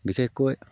বিশেষকৈ